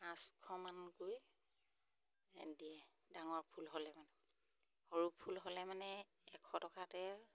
পাঁচশমানকৈ দিয়ে ডাঙৰ ফুল হ'লে মানে সৰু ফুল হ'লে মানে এশ টকাতে